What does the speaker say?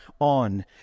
on